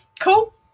cool